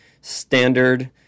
standard